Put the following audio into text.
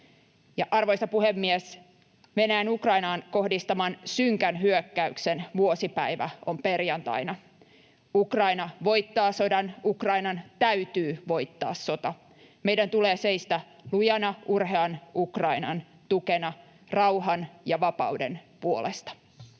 arvoisa puhemies, Venäjän Ukrainaan kohdistaman synkän hyökkäyksen vuosipäivä on perjantaina. Ukraina voittaa sodan, Ukrainan täytyy voittaa sota. Meidän tulee seistä lujana urhean Ukrainan tukena rauhan ja vapauden puolesta.